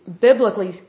biblically